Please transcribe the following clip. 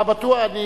אתה בטוח.